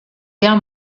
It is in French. guerre